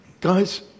Guys